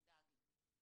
אל תדאג לי.